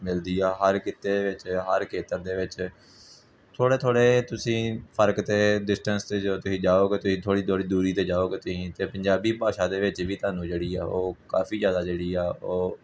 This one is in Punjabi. ਮਿਲਦੀ ਆ ਹਰ ਖਿੱਤੇ ਦੇ ਵਿੱਚ ਹਰ ਖੇਤਰ ਦੇ ਵਿੱਚ ਥੋੜ੍ਹੇ ਥੋੜ੍ਹੇ ਤੁਸੀਂ ਫਰਕ 'ਤੇ ਡਿਸਟੈਂਸ 'ਤੇ ਜਦੋਂ ਤੁਸੀਂ ਜਾਓਗੇ ਤੁਸੀਂ ਥੋੜ੍ਹੀ ਥੋੜ੍ਹੀ ਦੂਰੀ 'ਤੇ ਜਾਓਗੇ ਤੁਸੀਂ ਇੱਥੇ ਪੰਜਾਬੀ ਭਾਸ਼ਾ ਦੇ ਵਿੱਚ ਵੀ ਤੁਹਾਨੂੰ ਜਿਹੜੀ ਆ ਉਹ ਕਾਫੀ ਜ਼ਿਆਦਾ ਜਿਹੜੀ ਆ ਉਹ